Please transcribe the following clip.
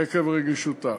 עקב רגישותה.